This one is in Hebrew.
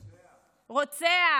רוצח.